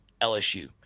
LSU